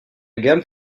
gamme